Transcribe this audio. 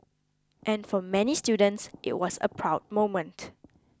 and for many students it was a proud moment